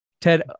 Ted